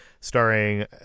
starring